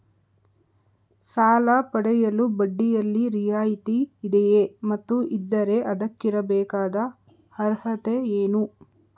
ಸಾಲ ಪಡೆಯಲು ಬಡ್ಡಿಯಲ್ಲಿ ರಿಯಾಯಿತಿ ಇದೆಯೇ ಮತ್ತು ಇದ್ದರೆ ಅದಕ್ಕಿರಬೇಕಾದ ಅರ್ಹತೆ ಏನು?